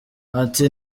ati